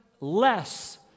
less